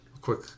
quick